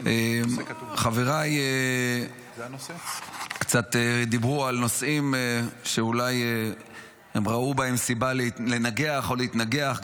חבריי קצת דיברו על נושאים שאולי הם ראו בהם סיבה לנגח או להתנגח,